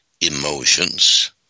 emotions